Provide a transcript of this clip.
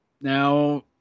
now